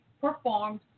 performed